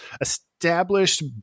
established